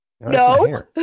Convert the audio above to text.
no